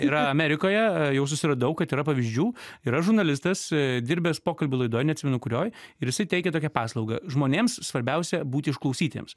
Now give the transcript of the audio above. yra amerikoje jau susiradau kad yra pavyzdžių yra žurnalistas dirbęs pokalbių laidoj neatsimenu kurioj ir jisai teikė tokią paslaugą žmonėms svarbiausia būti išklausytiems